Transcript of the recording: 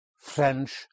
French